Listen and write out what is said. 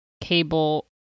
cable